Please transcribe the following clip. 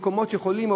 במקומות שהם יכולים,